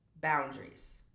Boundaries